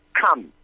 come